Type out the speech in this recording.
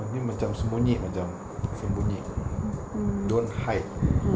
don't hide